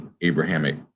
Abrahamic